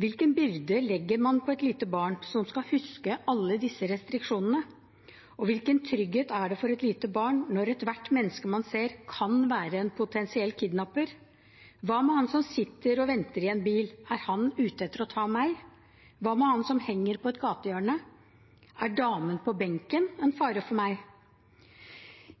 Hvilken byrde legger man på et lite barn som skal huske alle disse restriksjonene, og hvilken trygghet er det for et lite barn når ethvert menneske man ser, kan være en potensiell kidnapper? Hva med han som sitter og venter i en bil; er han ute etter å ta meg? Hva med han som henger på et gatehjørne? Er damen på benken en fare for meg?